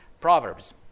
Proverbs